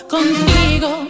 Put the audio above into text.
Contigo